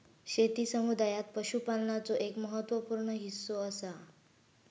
शेती समुदायात पशुपालनाचो एक महत्त्व पूर्ण हिस्सो असा